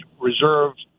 reserved